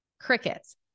crickets